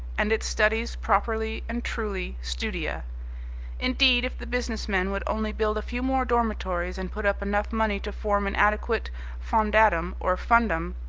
and its studies properly and truly studia indeed, if the businessmen would only build a few more dormitories and put up enough money to form an adequate fondatum or fundum,